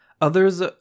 Others